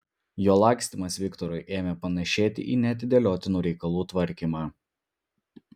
jo lakstymas viktorui ėmė panašėti į neatidėliotinų reikalų tvarkymą